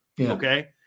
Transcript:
Okay